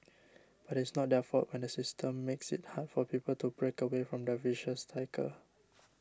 but it's not their fault when the system makes it hard for people to break away from the vicious cycle